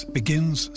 begins